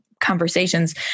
conversations